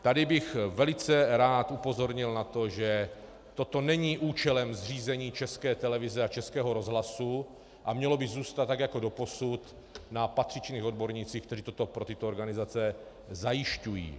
Tady bych velice rád upozornil na to, že toto není účelem zřízení České televize a Českého rozhlasu, a mělo by zůstat, tak jako doposud, na patřičných odbornících, kteří toto pro tyto organizace zajišťují.